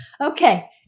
Okay